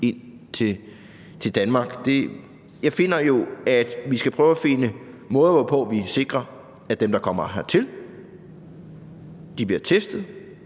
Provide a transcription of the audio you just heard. ind i Danmark? Jeg finder, at vi skal prøve at finde måder, hvorpå vi sikrer, at dem, der kommer hertil, bliver testet,